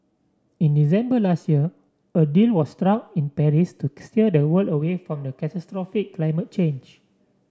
in December last year a deal was struck in Paris to steer the world away from catastrophic climate change